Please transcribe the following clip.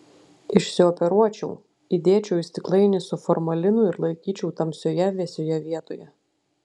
išsioperuočiau įdėčiau į stiklainį su formalinu ir laikyčiau tamsioje vėsioje vietoje